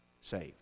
saved